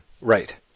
Right